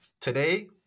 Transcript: Today